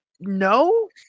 No